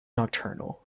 nocturnal